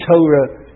Torah